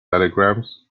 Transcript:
telegrams